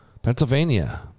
Pennsylvania